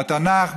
בתנ"ך,